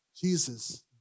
Jesus